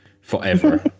forever